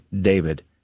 David